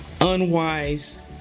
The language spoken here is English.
unwise